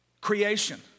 Creation